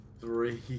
three